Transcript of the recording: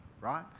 right